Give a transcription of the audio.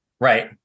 Right